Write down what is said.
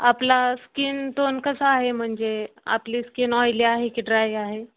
आपला skin tone कसा आहे म्हणजे आपली स्किन ऑईली आहे की ड्राय आहे